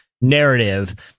narrative